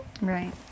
Right